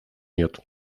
нет